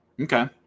Okay